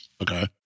Okay